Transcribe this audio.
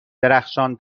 درخشان